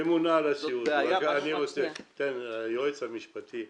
היועץ המשפטי,